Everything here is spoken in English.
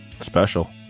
Special